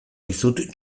dizut